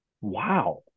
wow